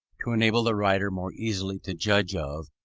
to enable the writer more easily to judge of,